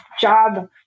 job